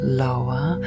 lower